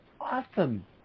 awesome